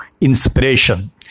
inspiration